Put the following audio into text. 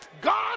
God